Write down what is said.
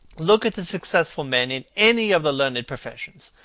look at the successful men in any of the learned professions.